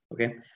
Okay